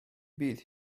bydd